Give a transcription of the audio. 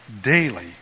daily